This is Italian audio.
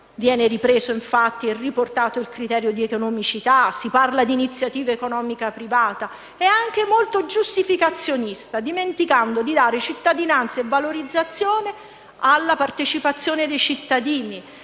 economicista (si riprende il criterio di economicità, si parla di iniziativa economica privata) e anche molto giustificazionista, dimenticando di dare cittadinanza e valorizzazione alla partecipazione dei cittadini,